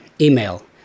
Email